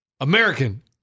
American